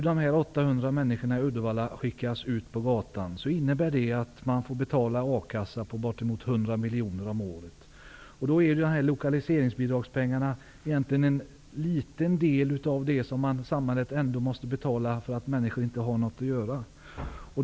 Om nu 800 människor i Uddevalla skickas ut på gatan, innebär det att a-kassan får betala ut bortåt 100 miljoner kronor om året. Då är lokaliseringsbidragspengarna egentligen en liten del av det samhället ändå måste betala för att människor inte har något att göra.